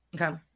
Okay